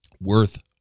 worth